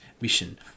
mission